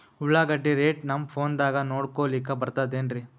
ಉಳ್ಳಾಗಡ್ಡಿ ರೇಟ್ ನಮ್ ಫೋನದಾಗ ನೋಡಕೊಲಿಕ ಬರತದೆನ್ರಿ?